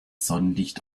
sonnenlicht